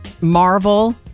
Marvel